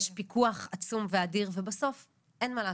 יש פיקוח עצום ואדיר ובסוף אין מה לעשות,